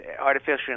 artificial